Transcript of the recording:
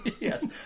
Yes